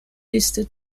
liste